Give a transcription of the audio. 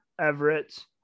Everett